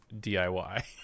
diy